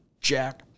jack